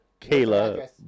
Kayla